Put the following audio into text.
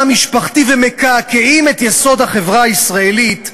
המשפחתי ומקעקעים את יסוד החברה הישראלית,